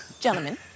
Gentlemen